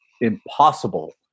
impossible